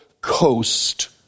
coast